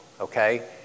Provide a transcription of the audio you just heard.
okay